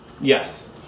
Yes